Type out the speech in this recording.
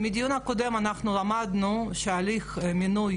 מהדיון הקודם אנחנו למדנו שהליך המינוי